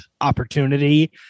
opportunity